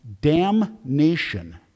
damnation